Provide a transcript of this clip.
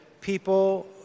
people